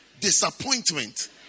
disappointment